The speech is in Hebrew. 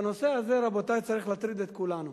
הנושא הזה, רבותי, צריך להטריד את כולנו.